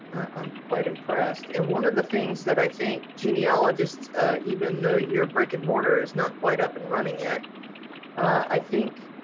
i'm quite impressed and one of the things that i think genealogists even though your brick and mortar is not quite up and running yet i think